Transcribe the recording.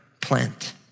plant